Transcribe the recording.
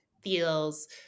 feels